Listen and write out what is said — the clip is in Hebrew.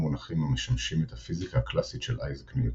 מונחים המשמשים את הפיזיקה הקלאסית של אייזק ניוטון.